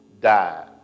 died